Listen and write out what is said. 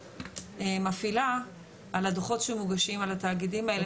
מפעילה על הדוחות שמוגשים על התאגידים האלה,